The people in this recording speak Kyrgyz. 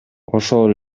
ошол